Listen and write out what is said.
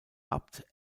abt